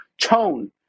tone